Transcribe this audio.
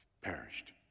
perished